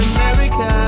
America